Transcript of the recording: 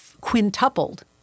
quintupled